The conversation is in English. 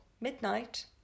Midnight